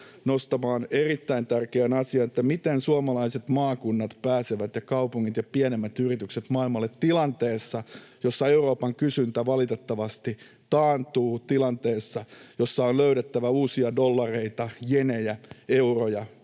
nostamaan erittäin tärkeään asiaan, että miten suomalaiset maakunnat ja kaupungit ja pienemmät yritykset pääsevät maailmalle tilanteessa, jossa Euroopan kysyntä valitettavasti taantuu, tilanteessa, jossa on löydettävä uusia dollareita, jenejä, euroja